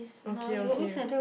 okay okay okay